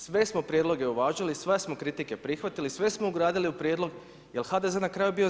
Sve smo prijedloge uvažili, sve smo kritike prihvatili, sve smo ugradili u prijedlog jer je HDZ na kraju bio za.